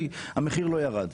המחיר לא ירד.